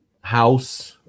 house